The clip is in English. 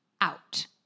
out